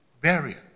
barrier